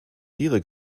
tiere